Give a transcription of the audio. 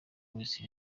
wese